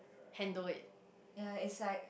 handle it